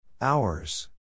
Hours